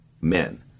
Men